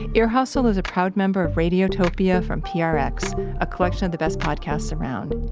ear hustle is a proud member of radiotopia from prx, a collection of the best podcasts around.